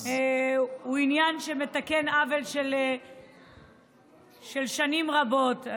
הוא עניין שמתקן עוול של שנים רבות.